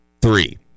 Three